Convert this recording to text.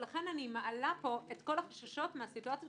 ולכן אני מעלה פה את כל החששות מהסיטואציות